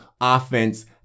offense